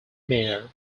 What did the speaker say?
mayer